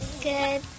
Good